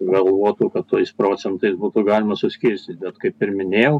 galvotų kad tais procentais būtų galima suskirstyt bet kaip ir minėjau